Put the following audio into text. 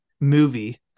movie